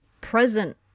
present